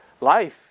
life